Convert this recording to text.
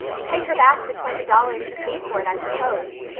pay her back the twenty dollars she paid for it, i suppose.